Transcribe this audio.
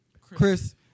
Chris